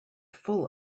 full